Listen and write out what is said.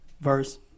Verse